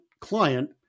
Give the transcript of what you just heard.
client